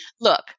look